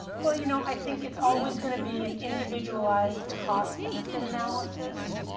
well, you know, i think it's always going to be an individualized cost-benefit analysis.